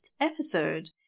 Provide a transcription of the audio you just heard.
episode